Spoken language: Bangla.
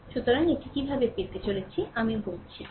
সুতরাং এটি কিভাবে পেতেআমি বলছি